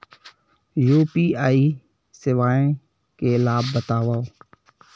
UPI सेवाएं के लाभ बतावव?